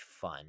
fun